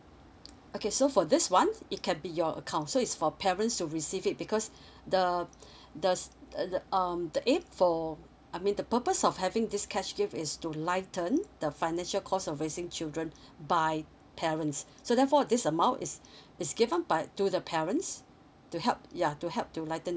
okay so for this one it can be your account so it's for parents to receive it because the the the the um the aim for I mean the purpose of having this cash gift is to lighten the financial cost of raising children by parents so therefore this amount is is given by to the parents to help ya to help to lighten